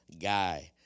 guy